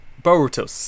Boruto